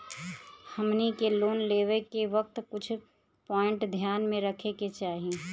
हमनी के लोन लेवे के वक्त कुछ प्वाइंट ध्यान में रखे के चाही